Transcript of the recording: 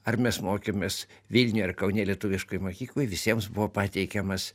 ar mes mokėmės vilniuje ar kaune lietuviškoj mokykloj visiems buvo pateikiamas